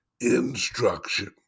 instruction